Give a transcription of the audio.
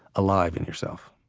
alive in yourself